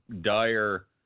dire